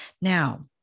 Now